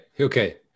Okay